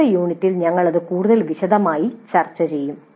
അടുത്ത യൂണിറ്റിൽ ഞങ്ങൾ ഇത് കൂടുതൽ വിശദമായി ചർച്ച ചെയ്യും